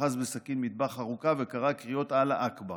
אחז בסכין מטבח ארוכה וקרא קריאות "אללהו אכבר",